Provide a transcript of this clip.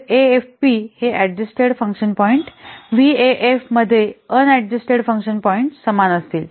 तर एएफपी हे adjusted function point हे व्हीएएफ मध्ये अनअडजस्टेड फंक्शन पॉईंट्स समान असतील